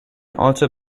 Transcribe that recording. also